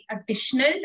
additional